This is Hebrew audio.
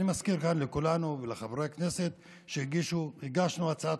אני מזכיר כאן לכולנו ולחברי הכנסת שהגשנו הצעת